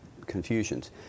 confusions